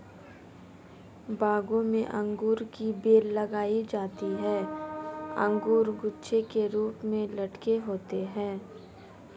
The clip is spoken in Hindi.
बागों में अंगूर की बेल लगाई जाती है अंगूर गुच्छे के रूप में लटके होते हैं